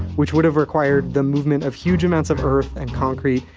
which would have required the movement of huge amounts of earth and concrete,